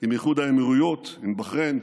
עם איחוד האמירויות, עם בחריין,